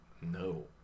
No